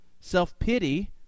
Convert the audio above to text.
Self-pity